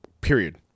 period